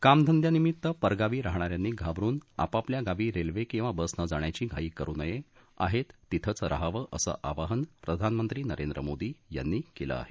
कामधंद्यानिमित्त परगावी राहणाऱ्यांनी घाबरून आपापल्या गावी रेल्वे किवा बसने जाण्याची घाई करु नये आहेत तिथेच रहावं असं आवाहन प्रधानमंत्री नरेंद्र मोदी यांनी केलं आहे